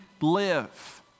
live